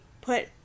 put